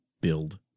Build